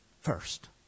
first